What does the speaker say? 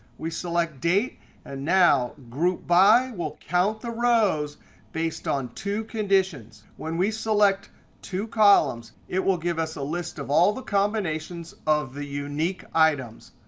we select date and now group by. we'll count the rows based on two conditions. when we select two columns, it will give us a list of all the combinations of the unique items.